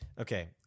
okay